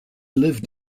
lived